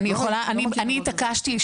אני התעקשתי,